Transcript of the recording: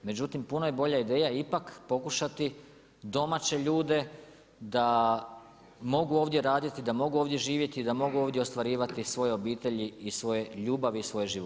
Međutim puno je bolja ideja ipak pokušati domaće ljude da mogu ovdje raditi, da mogu ovdje živjeti i da mogu ovdje ostvarivati svoje obitelji i svoje ljubavi i svoje živote.